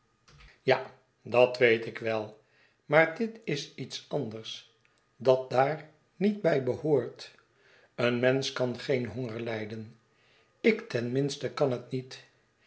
ja dat weet ik wel maar dit is iets anders dat daar niet bij behoort een mensch kan geen honger lijden ik ten minste kan het niet